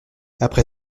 après